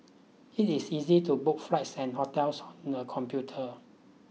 it is easy to book flights and hotels on the computer